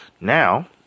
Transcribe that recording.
Now